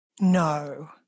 No